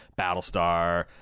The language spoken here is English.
Battlestar